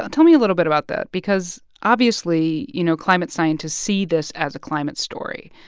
and tell me a little bit about that because, obviously, you know, climate scientists see this as a climate story.